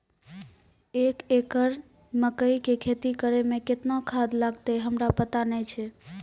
एक एकरऽ मकई के खेती करै मे केतना खाद लागतै हमरा पता नैय छै?